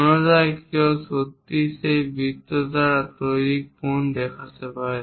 অন্যথায় কেউ সত্যিই সেই বৃত্ত দ্বারা তৈরি কোণ দেখাতে পারে